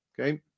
Okay